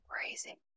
crazy